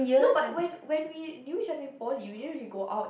no but when when we knew each other in poly we didn't really go out